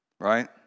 Right